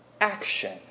action